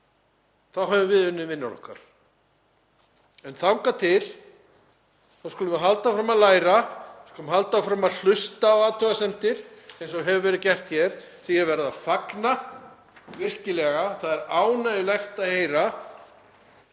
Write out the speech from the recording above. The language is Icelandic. þá höfum við unnið vinnuna okkar. En þangað til skulum við halda áfram að læra, skulum halda áfram að hlusta á athugasemdir eins og hefur verið gert hér, sem ég verð að fagna virkilega. Það er ánægjulegt að stjórn